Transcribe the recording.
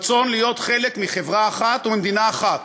עם רצון להיות חלק מחברה אחת וממדינה אחת.